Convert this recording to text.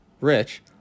rich